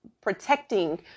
Protecting